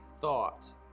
thought